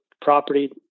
property